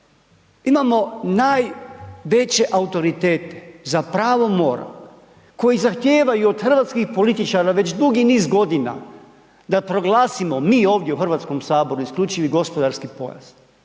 imamo najveće autoritete za pravo mora koji zahtijevaju od hrvatskih političara već dugi niz godina da proglasimo mi ovdje u Hrvatskom saboru isključivi gospodarski pojas,